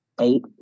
eight